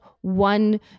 one